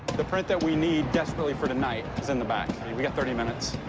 the print that we need desperately for tonight is in the back. we we got thirty minutes.